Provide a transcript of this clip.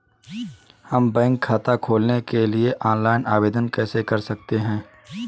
हम बैंक खाता खोलने के लिए ऑनलाइन आवेदन कैसे कर सकते हैं?